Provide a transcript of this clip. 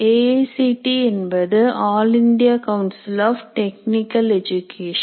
ஏ ICT என்பது all India council for technical education